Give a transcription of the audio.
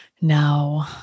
No